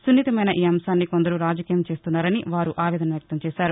సున్నితమైన ఈ అంశాన్ని కొందరు రాజకీయం చేస్తున్నారని వారు ఆవేదన వ్యక్తం చేశారు